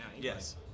Yes